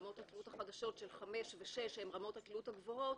רמות התלות החדשות של 5 ו-6 הן רמות התלות הגבוהות,